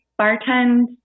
bartend